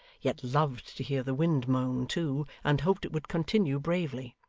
yet loved to hear the wind moan too, and hoped it would continue bravely.